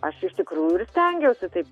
aš iš tikrųjų ir stengiausi taip